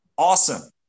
awesome